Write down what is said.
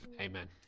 amen